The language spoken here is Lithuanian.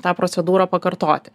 tą procedūrą pakartoti